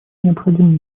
необходимы